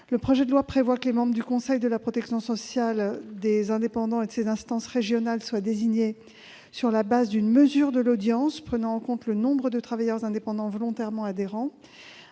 Le projet de loi prévoit que les membres du conseil de la protection sociale des travailleurs indépendants et de ses instances régionales soient désignés sur la base d'une mesure de l'audience, prenant en compte le nombre de travailleurs indépendants volontairement adhérents.